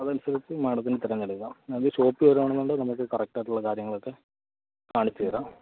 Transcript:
അതനുസരിച്ച് മാഡത്തിന് തെരഞ്ഞെടുക്കാം നമുക്ക് ഷോപ്പില് വരുവാണെന്നുണ്ടെങ്കിൽ നമുക്ക് കറക്റ്റായിട്ടുള്ള കാര്യങ്ങളക്കെ കാണിച്ച് തരാം